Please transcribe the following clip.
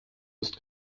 ist